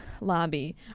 Lobby